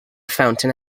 fountain